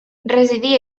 residia